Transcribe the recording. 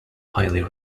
highly